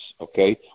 okay